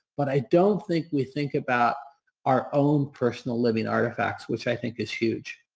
but i don't think we think about our own personal living artifacts, which i think is huge.